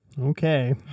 Okay